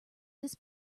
this